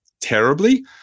terribly